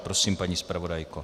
Prosím, paní zpravodajko.